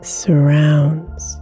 surrounds